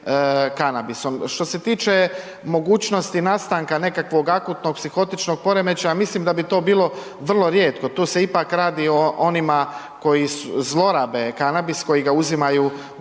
Što se tiče mogućnosti nastanka nekakvog akutnog psihotičnog poremećaja mislim da bi to bilo vrlo rijetko, tu se ipak radi o onima koji zlorabe kanabis, koji ga uzimaju u puno